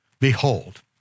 behold